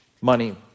Money